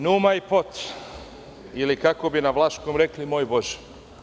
Nu maj pot“, ili kako bi na vlaškom rekli – moj Bože!